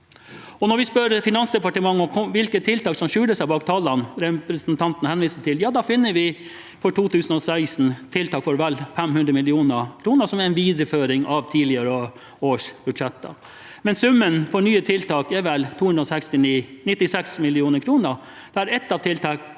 Når vi spør Finansdepartementet om hvilke tiltak som skjuler seg bak tallene representanten henviser til, finner vi for 2016 tiltak for vel 500 mill. kr, som er en videreføring av tidligere års budsjetter. Men summen for nye tiltak er vel 296 mill. kr, der ett av tiltakene